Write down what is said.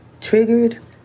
triggered